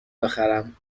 بخرم